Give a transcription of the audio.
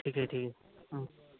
ঠিকেই ঠিকেই